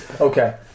Okay